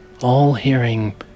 All-hearing